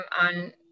on